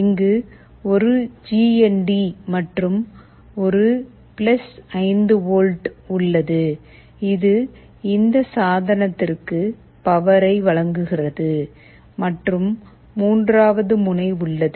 இங்கு ஒரு G N D மற்றும் 5 வோல்ட் உள்ளது இது இந்த சாதனத்திற்கு பவர்யை வழங்குகிறது மற்றும் மூன்றாவது முனை உள்ளது